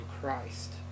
Christ